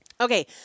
Okay